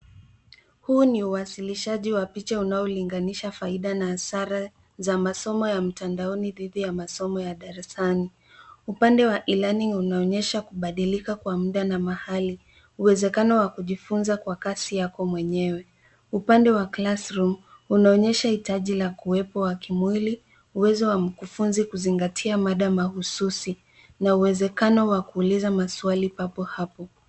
Huu ni uwasilishaji wa picha unaolinganisha faida na hasara za masomo ya mtandaoni dhidi ya masomo ya darasani. Upande wa e-learning unaonyesha kubadilika kwa muda na mahali uwezekano wa kujifunza kwa kasi yako mwenyewe. Upande wa classroom unaonyesha hitaji la kuwepo wa kimwili, uwezo wa mkufunzi kuzingatia mada mahususi na uwezekano wa kuuliza maswali papo hapo.